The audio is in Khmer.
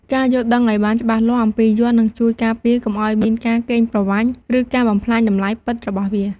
ការយល់ដឹងឱ្យបានច្បាស់លាស់អំពីយ័ន្ត នឹងជួយការពារកុំឱ្យមានការកេងប្រវ័ញ្ច ឬការបំផ្លាញតម្លៃពិតរបស់វា។